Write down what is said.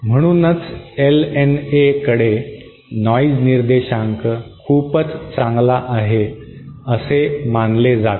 म्हणूनच LNAकडे नॉइज निर्देशांक खूपच चांगला आहे असे मानले जाते